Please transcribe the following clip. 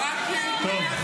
טוב,